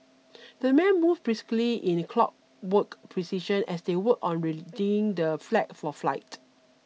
the men moved briskly in the clockwork precision as they worked on readying the flag for flight